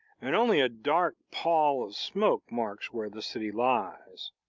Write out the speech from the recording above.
and only a dark pall of smoke marks where the city lies.